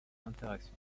interactions